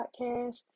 podcast